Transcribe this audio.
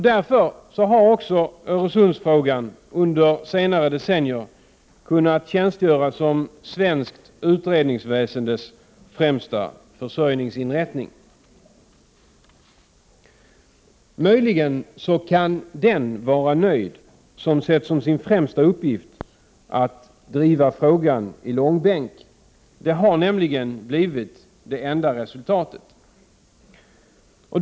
Därför har också Öresundsfrågan under senare decennier kunnat stgöra som svenskt utredningsväsendes främsta försörjningsinrättning. Möjligen kan den vara nöjd som sett som sin främsta uppgift att driva frågan i långbänk. Det har nämligen blivit det enda resultatet.